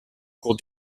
cours